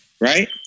right